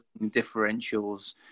differentials